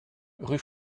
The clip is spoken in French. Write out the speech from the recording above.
rue